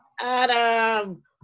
Adam